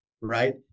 right